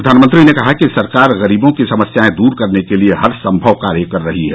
प्रधानमंत्री ने कहा कि सरकार गरीबों की समस्याएं दूर करने के लिए हरसंभव कार्य कर रही है